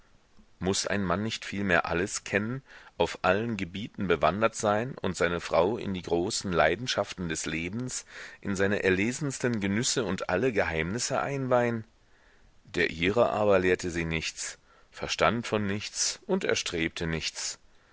muß ein mann nicht vielmehr alles kennen auf allen gebieten bewandert sein und seine frau in die großen leidenschaften des lebens in seine erlesensten genüsse und in alle geheimnisse einweihen der ihre aber lehrte sie nichts verstand von nichts und erstrebte nichts